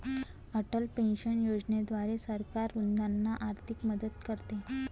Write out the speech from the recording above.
Atal pension योजनेद्वारे सरकार वृद्धांना आर्थिक मदत करते